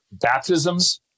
baptisms